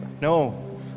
no